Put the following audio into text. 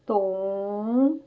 ਤੋਂ